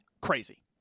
crazy